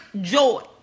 joy